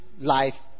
life